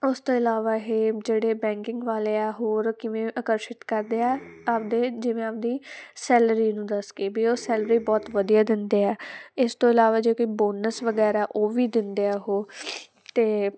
ਉਸ ਤੋਂ ਇਲਾਵਾ ਇਹ ਜਿਹੜੇ ਬੈਂਕਿੰਗ ਵਾਲੇ ਆ ਹੋਰ ਕਿਵੇਂ ਆਕਰਸ਼ਿਤ ਕਰਦੇ ਆ ਆਪਦੇ ਜਿਵੇਂ ਆਪਦੀ ਸੈਲਰੀ ਨੂੰ ਦੱਸ ਕੇ ਵੀ ਉਹ ਸੈਲਰੀ ਬਹੁਤ ਵਧੀਆ ਦਿੰਦੇ ਆ ਇਸ ਤੋਂ ਇਲਾਵਾ ਜੇ ਕੋਈ ਬੋਨਸ ਵਗੈਰਾ ਉਹ ਵੀ ਦਿੰਦੇ ਆ ਉਹ ਅਤੇ